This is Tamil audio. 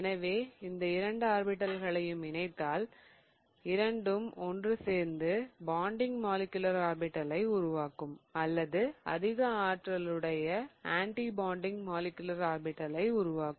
எனவே இந்த இரண்டு ஆர்பிடால்களையும் இணைத்தால் இரண்டும் ஒன்று சேர்ந்து பாண்டிங் மாலிகுலர் ஆர்பிடலை உருவாக்கும் அல்லது அதிக ஆற்றலுடைய ஆன்ட்டி பாண்டிங் மாலிகுலர் ஆர்பிடலை உருவாக்கும்